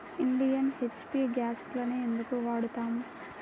Indian, HP గ్యాస్లనే ఎందుకు వాడతాము?